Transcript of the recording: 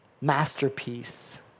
masterpiece